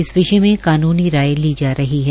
इस विषय में कानूनी राय ली जा रही है